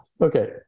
Okay